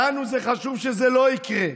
לנו חשוב שזה לא יקרה.